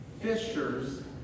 fishers